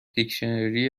دیکشنری